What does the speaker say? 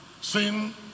Sin